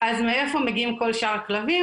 אז מאיפה מגיעים כל שאר הכלבים?